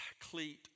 cleat